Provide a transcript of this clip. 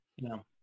No